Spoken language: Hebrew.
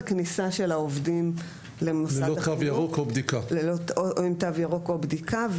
הכניסה של העובדים עם תו ירוק או בדיקה,